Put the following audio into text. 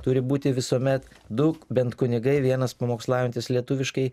turi būti visuomet du bent kunigai vienas pamokslaujantis lietuviškai